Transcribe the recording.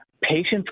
patients